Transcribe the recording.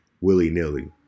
willy-nilly